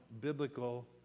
biblical